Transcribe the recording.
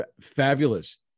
Fabulous